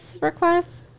requests